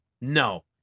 No